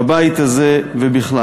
בבית הזה ובכלל.